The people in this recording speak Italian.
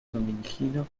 domenichino